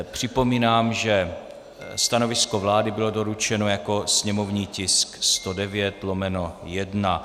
Připomínám, že stanovisko vlády bylo doručeno jako sněmovní tisk 109/1.